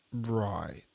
Right